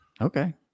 okay